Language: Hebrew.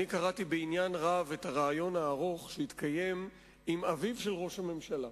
קראתי בעניין רב את הריאיון הארוך עם אביו של ראש הממשלה.